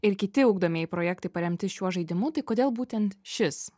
ir kiti ugdomieji projektai paremti šiuo žaidimu tai kodėl būtent šis